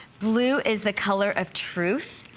blue is the color of truth,